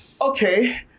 okay